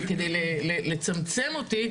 כדי לצמצם אותי,